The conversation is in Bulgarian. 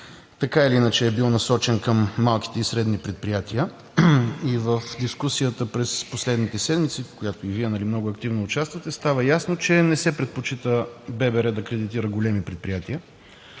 така или иначе е бил насочен към малките и средни предприятия и в дискусията през последните седмици, в която и Вие много активно участвате, става ясно, че не се предпочита ББР да кредитира големи предприятия.